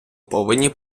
повинні